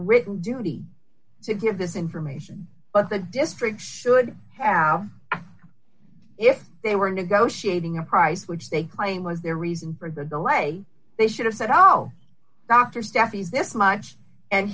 written duty to give this information but the district should have if they were negotiating a price which they claim was their reason for the delay they should have said oh doctor stephens this much and